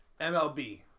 MLB